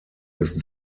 ist